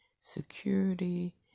security